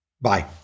Bye